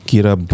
Kira